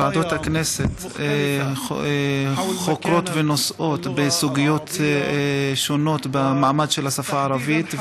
ועדות הכנסת חוקרות ודורשות בסוגיות שונות במעמד של השפה הערבית,